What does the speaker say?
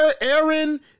Aaron